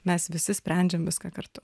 mes visi sprendžiam viską kartu